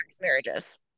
marriages